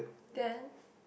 then